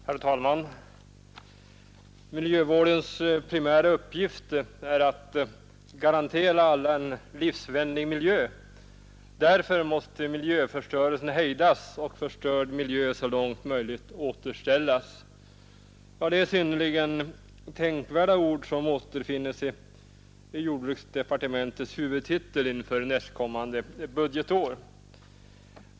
Herr talman! ”Miljövårdens primära uppgift är att garantera alla en livsvänlig miljö. Därför måste miljöförstörelsen hejdas och förstörd miljö så långt möjligt återställas.” Detta är synnerligen tänkvärda ord, som återfinns i jordbruksdepartementets huvudtitel för nästkommande budgetår.